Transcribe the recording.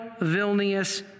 Vilnius